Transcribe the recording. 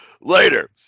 later